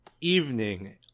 evening